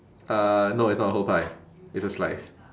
uh no it's not a whole pie it's a slice